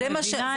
אני מבינה את זה.